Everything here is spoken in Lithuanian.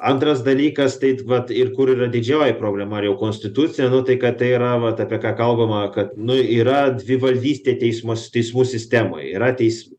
antras dalykas tait vat ir kur yra didžioji problema ir jau konstitucija nu tai kad tai vat apie ką kalbama kad nu yra dvivaldystė teismuos teismų sistemoj yra teis